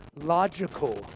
logical